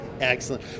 Excellent